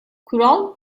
kural